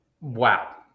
Wow